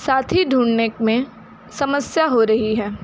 साथी ढूंढने में समस्या हो रही है